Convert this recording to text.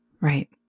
Right